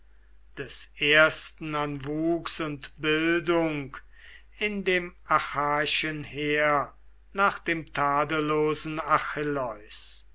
des ersten an wuchs und bildung in dem achaiischen heer nach dem tadellosen